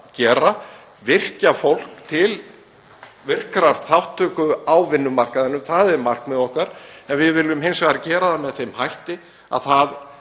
að gera, virkja fólk til virkrar þátttöku á vinnumarkaðnum, það er markmið okkar en við viljum hins vegar gera það með þeim hætti að það